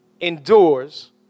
endures